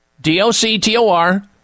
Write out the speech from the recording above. d-o-c-t-o-r